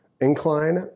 incline